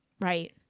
right